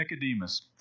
Nicodemus